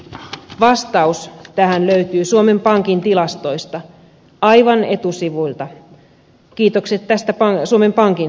vastaus tähän löytyy suomen pankin tilastoista aivan etusivuilta kiitokset tästä suomen pankin suuntaan